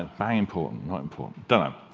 and bang important, not important, don't um